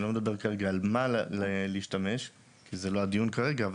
אני לא מדבר כרגע על מה להשתמש כי זה לא הדיון כרגע,